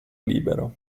libero